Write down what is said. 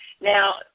Now